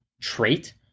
trait